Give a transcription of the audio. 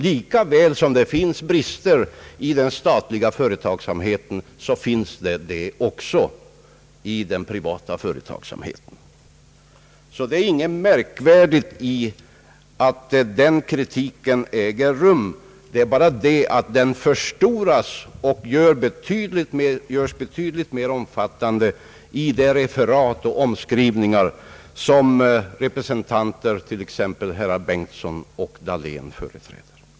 Lika väl som de statliga företagen visar brister finns det brister i den privata företagsamheten. Därför är det ingenting märkvärdigt i att kritik förekommer — det är bara det att den förstoras och görs betydligt mer omfattande i de referat och omskrivningar som presenteras t.ex. av herrar Bengtson och Dahlén.